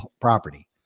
property